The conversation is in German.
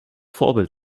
vorbild